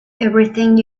everything